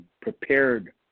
prepared